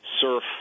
surf